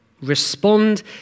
Respond